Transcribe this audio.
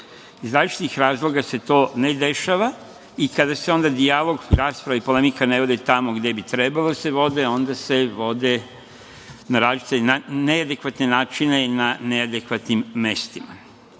različitih razloga se to ne dešava. Kada se onda dijalog, rasprava i polemika ne vode tamo gde bi trebalo da se vode, onda se vode na neadekvatne načine i na neadekvatnim mestima.